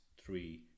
three